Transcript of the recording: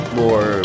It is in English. more